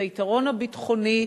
את היתרון הביטחוני,